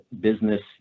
business